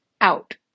out